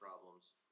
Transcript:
problems